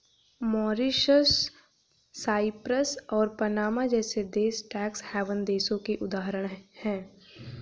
Mauritius, Cyprus और Panama जैसे देश टैक्स हैवन देशों के उदाहरण है